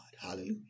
Hallelujah